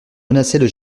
menaçaient